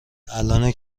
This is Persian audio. الانه